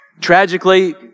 Tragically